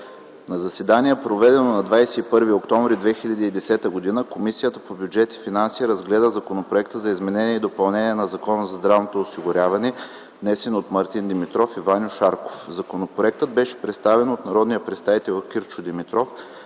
На заседание, проведено на 21 октомври 2010 г., Комисията по бюджет и финанси разгледа Законопроекта за изменение и допълнение на Закона за здравното осигуряване, внесен от Мартин Димитров и Ваньо Шарков. Законопроектът беше представен от народния представител Кирчо Димитров,